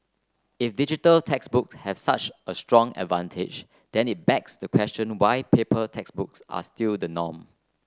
if digital textbooks have such a strong advantage then it begs the question why paper textbooks are still the norm